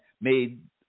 made